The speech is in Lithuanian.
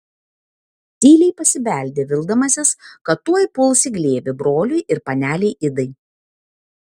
tyliai pasibeldė vildamasis kad tuoj puls į glėbį broliui ir panelei idai